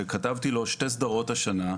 שכתבתי לו שתי סדרות השנה: